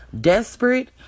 desperate